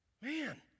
Man